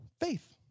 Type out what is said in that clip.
faith